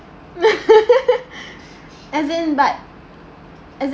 as and but as